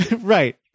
right